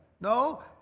No